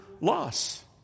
loss